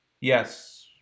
Yes